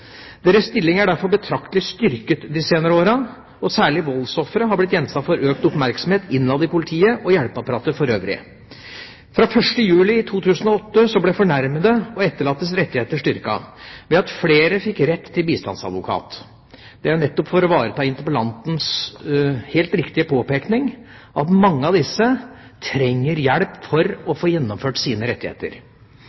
Deres stilling er derfor betraktelig styrket de senere årene, og særlig voldsofre har blitt gjenstand for økt oppmerksomhet innad i politiet og i hjelpeapparatet for øvrig. Fra 1. juli 2008 ble fornærmedes og etterlattes rettigheter styrket ved at flere fikk rett til bistandsadvokat. Det er nettopp for å ivareta interpellantens helt riktige påpekning; at mange av disse trenger hjelp for å